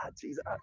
Jesus